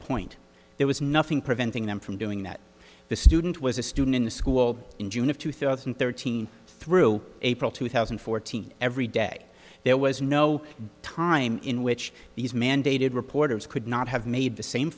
point there was nothing preventing them from doing that the student was a student in the school in june of two thousand and thirteen through april two thousand and fourteen every day there was no time in which these mandated reporters could not have made the same